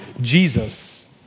Jesus